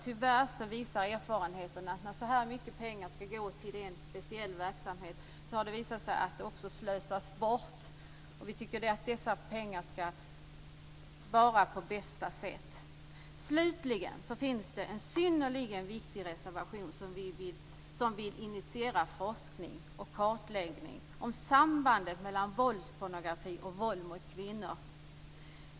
Tyvärr visar erfarenheten att när så här mycket pengar skall gå till en speciell verksamhet slösas en hel del bort. Vi tycker att dessa pengar skall användas på bästa sätt. Slutligen finns det en synnerligen viktig reservation där man vill initiera forskning om och kartläggning av sambandet mellan våldspornografi och våld mot kvinnor.